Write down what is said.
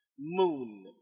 Moon